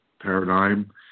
paradigm